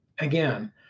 Again